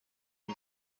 ngo